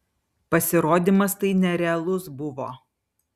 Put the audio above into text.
pasirodymas tai nerealus buvo